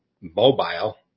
mobile